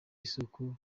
isoko